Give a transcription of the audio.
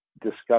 discuss